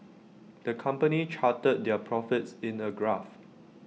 the company charted their profits in A graph